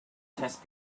test